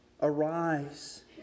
arise